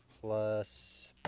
plus